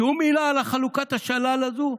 שום מילה על חלוקת השלל הזו,